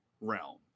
realm